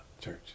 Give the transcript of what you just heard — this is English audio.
church